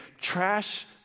trash